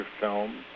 film